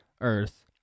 earth